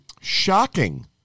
Shocking